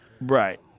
Right